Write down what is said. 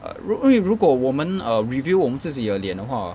err 如因为如果我们 reveal 我们自己的脸的话